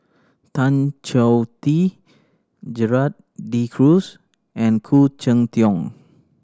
Tan Choh Tee Gerald De Cruz and Khoo Cheng Tiong